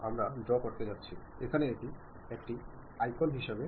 അതിനാൽ സന്ദേശം റിസീവറിന് ലഭിക്കുമ്പോൾ റിസീവർ സന്ദേശം ഡീകോഡ് ചെയ്യുന്നു